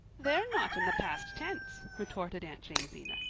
they're not in the past tense, retorted aunt jamesina.